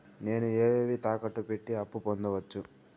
నేను ఏవేవి తాకట్టు పెట్టి అప్పు పొందవచ్చు?